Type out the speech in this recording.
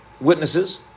witnesses